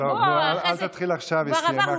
אל תתחיל עכשיו, היא כבר סיימה.